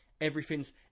everything's